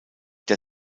der